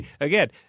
again